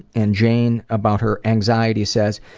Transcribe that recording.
and jane, about her anxiety, says,